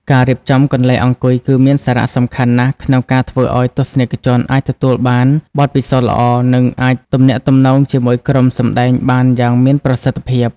ការរៀបចំកន្លែងអង្គុយ គឺមានសារៈសំខាន់ណាស់ក្នុងការធ្វើឲ្យទស្សនិកជនអាចទទួលបានបទពិសោធន៍ល្អ និងអាចទំនាក់ទំនងជាមួយក្រុមសម្តែងបានយ៉ាងមានប្រសិទ្ធភាព។